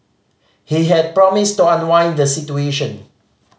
he had promised to unwind the situation